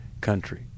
country